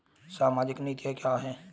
सामाजिक नीतियाँ क्या हैं?